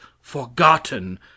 forgotten